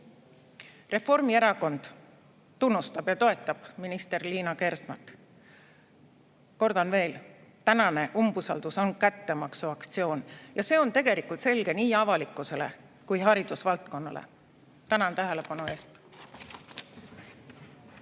Reformierakond tunnustab ja toetab minister Liina Kersnat. Kordan veel: tänane umbusaldus on kättemaksuaktsioon ja see on tegelikult selge nii avalikkusele kui ka haridusvaldkonnale. Tänan tähelepanu eest!